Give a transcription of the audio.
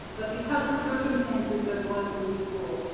but because of circumstances, they're going to this school.